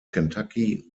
kentucky